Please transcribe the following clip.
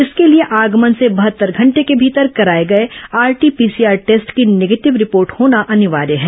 इसके लिए आगमन से बहत्तर घंटे के भीतर कराए गए आरटी पीसीआर टेस्ट की नेगेटिव रिपोर्ट होना अनिवार्य है